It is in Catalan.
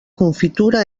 confitura